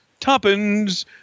toppins